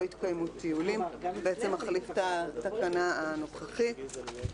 לא יתקיימו טיולים", שמחליף את התקנה הנוכחית.